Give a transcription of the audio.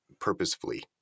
purposefully